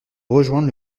rejoindre